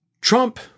Trump